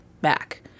back